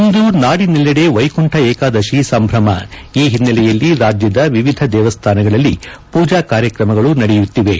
ಇಂದು ನಾಡಿನಲ್ಲೆಡೆ ವೈಕುಂಕ ಏಕಾದಶಿ ಸಂಭ್ರಮ ಈ ಹಿನ್ನೆಲೆಯಲ್ಲಿ ರಾಜ್ಯದ ವಿವಿಧ ದೇವಸ್ಥಾಗಳಲ್ಲಿ ಪೂಜಾ ಕಾರ್ಯಕ್ರಮಗಳು ನಡೆಯತ್ತಿವೆ